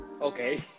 okay